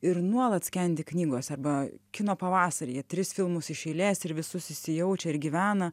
ir nuolat skendi knygose arba kino pavasaryje tris filmus iš eilės ir visus įsijaučia ir gyvena